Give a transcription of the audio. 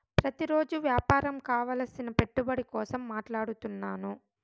ప్రతిరోజు వ్యాపారం కావలసిన పెట్టుబడి కోసం మాట్లాడుతున్నాను